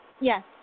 Yes